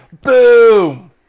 Boom